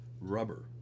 rubber